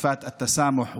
מעלות של סובלנות,